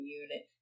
unit